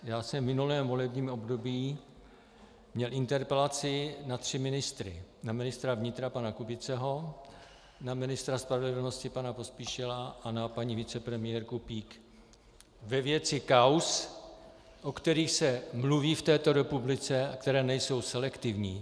Já jsem v minulém volebním období měl interpelaci na tři ministry, na ministra vnitra pana Kubiceho, na ministra spravedlnosti pana Pospíšila a na paní vicepremiérku Peake, ve věci kauz, o kterých se mluví v této republice a které nejsou selektivní.